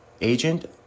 Agent